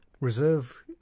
Reserve